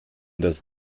dass